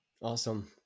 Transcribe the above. awesome